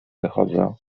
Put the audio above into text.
wychodzę